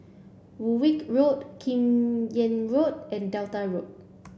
Woolwich Road Kim Yam Road and Delta Road